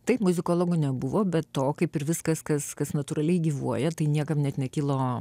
taip muzikologų nebuvo be to kaip ir viskas kas kas natūraliai gyvuoja tai niekam net nekilo